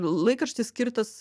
laikraštis skirtas